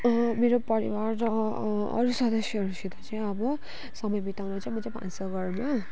मेरो परिवार र अरू सदस्यहरूसित चाहिँ अब समय बिताउनु चाहिँ म चाहिँ भान्साघरमा